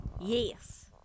Yes